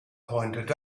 pointed